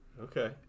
Okay